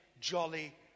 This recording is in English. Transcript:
jolly